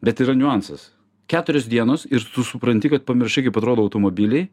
bet yra niuansas keturios dienos ir tu supranti kad pamiršai kaip atrodo automobiliai